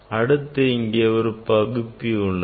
அடுத்து இங்கே ஒரு பகுப்பி உள்ளது